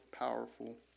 Powerful